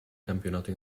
campionato